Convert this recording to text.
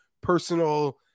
personal